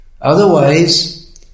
Otherwise